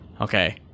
Okay